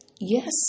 Yes